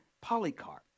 Polycarp